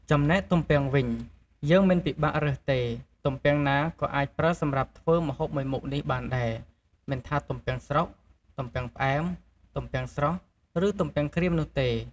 ចំណែកទំពាំងវិញ យើងមិនពិបាករើសទេ ទំពាំងណាក៏អាចប្រើសម្រាប់ធ្វើម្ហូបមួយមុខនេះបានដែរ មិនថាទំពាំងស្រុក ទំពាំងផ្អែុម ទំពាំងស្រស់ ឬទំពាំងក្រៀមនោះទេ។